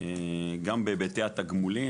גם בהיבטי התגמולים,